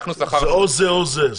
אנחנו שכרנו --- זה או זה או זה.